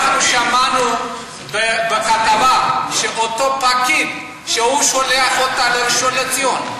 אנחנו שמענו בכתבה שאותו פקיד שולח אותה לראשון-לציון.